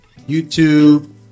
YouTube